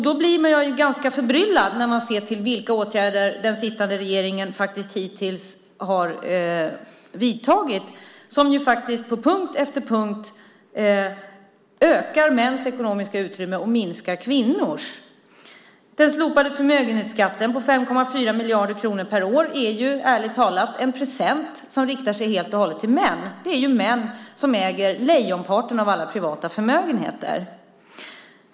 Då blir jag förbryllad när jag ser vilka åtgärder den sittande regeringen hittills har vidtagit. På punkt efter punkt ökar mäns ekonomiska utrymme och minskar kvinnors ekonomiska utrymme. Den slopade förmögenhetsskatten på 5,4 miljarder kronor per år är, ärligt talat, en present som riktar sig helt och hållet till män. Det är ju män som äger lejonparten av alla privata förmögenheter.